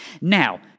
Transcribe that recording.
Now